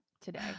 today